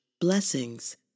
blessings